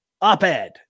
op-ed